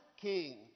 king